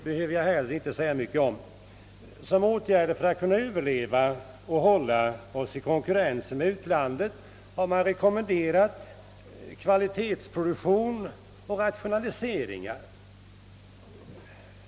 För att vi skall kunna överleva och hävda oss i konkurrensen med utlandet har man rekommenderat kvalitetsproduktion och rationaliseringar.